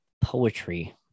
poetry